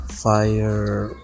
fire